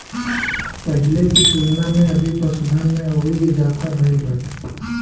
पहिले की तुलना में अभी पशुधन में अउरी इजाफा भईल बाटे